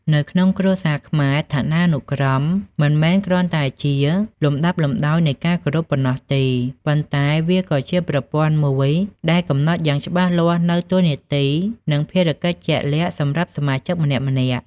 នៅក្នុងគ្រួសារខ្មែរ ឋានានុក្រម មិនមែនគ្រាន់តែជាលំដាប់លំដោយនៃការគោរពប៉ុណ្ណោះទេ ប៉ុន្តែវាក៏ជាប្រព័ន្ធមួយដែលកំណត់យ៉ាងច្បាស់លាស់នូវ តួនាទី និងភារកិច្ចជាក់លាក់ សម្រាប់សមាជិកម្នាក់ៗ។